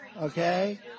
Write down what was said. okay